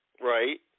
right